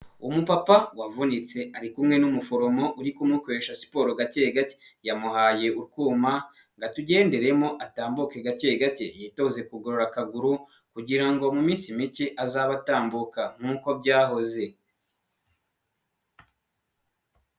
Umupapa wavunitse ari kumwe n'umuforomo uri kumukoresha siporo gake gake, yamuhaye utwuma ngo atugenderemo atambuke gake gake, yitoze kugorora akaguru kugira mu minsi mike azaba atambuka nk'uko byahoze.